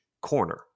corner